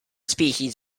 species